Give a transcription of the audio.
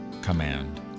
command